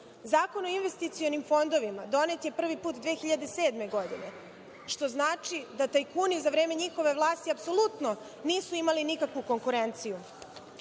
o investicionim fondovima donet je prvi put 2007. godine, što znači da tajkuni za vreme njihove vlasti apsolutno nisu imali nikakvu konkurenciju.